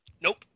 Nope